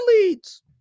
leads